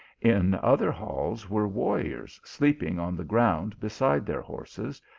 in other halls, were warriors sleeping on the ground beside their horses,